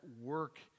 work